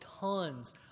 tons